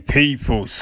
people